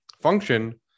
function